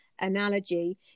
analogy